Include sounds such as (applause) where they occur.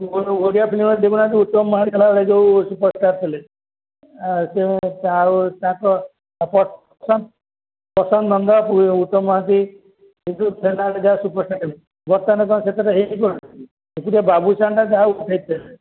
ଓଡ଼ିଆ ଫିଲ୍ମରେ ଦେଖୁନାହାନ୍ତି ଉତ୍ତମ ମହାନ୍ତି ହେଲାବେଳେ ଯୋଉ ସୁପରଷ୍ଟାର୍ ଥିଲେ ଆଉ ତାଙ୍କ ପ୍ରଶାନ୍ତ ନନ୍ଦ ଉତ୍ତମ ମହାନ୍ତି (unintelligible) ଯାହା ସୁପରଷ୍ଟାର୍ ବର୍ତ୍ତମାନ କଣ ସେତେଟା ହେଇପାରୁଛି ଗୁଟେ ବାବୁସାନ୍ଟା ଯାହା ଉଠେଇଥିଲେ